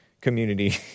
community